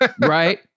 Right